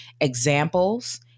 examples